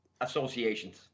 associations